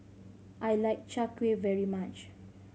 I like Chai Kueh very much